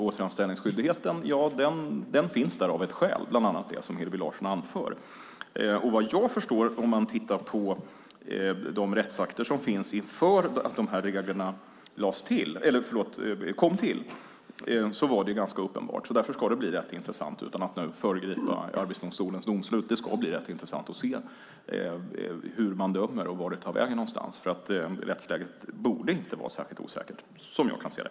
Återanställningsskyldigheten finns där av bland annat det skäl som Hillevi Larsson anför. När de här reglerna kom till var det här uppenbart i rättsakterna. Därför ska det bli intressant, utan att föregripa Arbetsdomstolens domslut, att se hur man dömer och vart det tar vägen. Rättsläget borde inte vara särskilt osäkert, som jag kan se det.